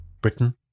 Britain